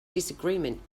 disagreement